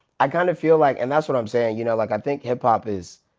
i kind of feel like. and that's what i'm saying, you know like i think hip hop is.